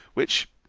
which,